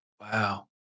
Wow